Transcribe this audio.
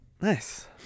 nice